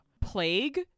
plague